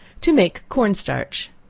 to make corn starch.